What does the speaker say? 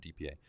DPA